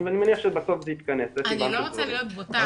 אני מניח שבסוף זה יתכנס --- אני לא רוצה להיות בוטה,